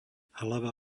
hlava